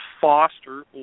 Foster